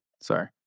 sorry